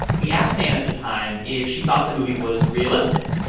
we asked anne at the time if she thought the movie was realistic.